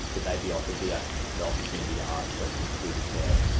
that they'd be offered the ah the opportunity to ask questions through the chair.